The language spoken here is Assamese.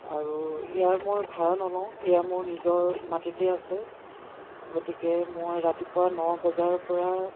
আৰু ইয়াৰ মই ভাড়া নলওঁ ইয়াৰ মোৰ নিজৰ মাটিতে আছে গতিকে মই ৰাতিপুৱা ন বজাৰৰ পৰা